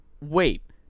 wait